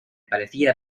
parecía